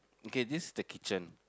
okay this is the kitchen